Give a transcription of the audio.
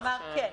כן.